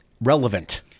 relevant